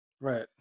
Right